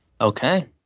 Okay